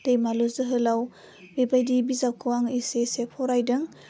दैमालु जोहोलाव बे बायदि बिजाबखौ आङो एसे एसे फरायदों